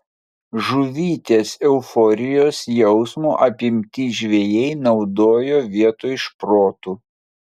žuvytės euforijos jausmo apimti žvejai naudoja vietoj šprotų